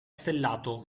stellato